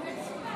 אין סיבה.